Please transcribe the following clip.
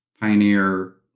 Pioneer